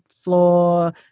floor